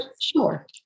Sure